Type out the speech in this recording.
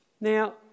Now